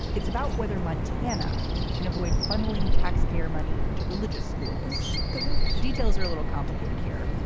it's about whether montana can avoid funneling taxpayer money to religious schools the details are a little complicated here.